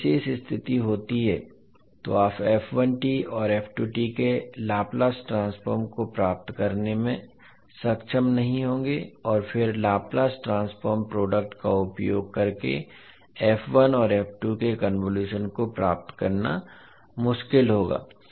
जब यह विशेष स्थिति होती है तो आप और के लाप्लास ट्रांसफ़ॉर्म को प्राप्त करने में सक्षम नहीं होंगे और फिर लैपल्स ट्रांसफ़ॉर्म प्रोडक्ट का उपयोग करके f1 और f2 के कन्वोलुशन को प्राप्त करना मुश्किल होगा